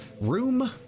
Room